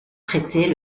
prêter